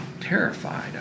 terrified